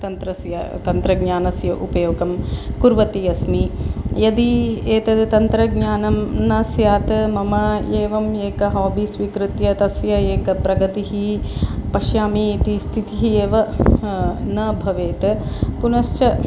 तन्त्रस्य तन्त्रज्ञानस्य उपयोगं कुर्वती अस्मि यदि एतद् तन्त्रज्ञानं न स्यात् मम एवम् एकं हाबि स्वीकृत्य तस्य एकः प्रगतिः पश्यामि इति स्थितिः एव न भवेत् पुनश्च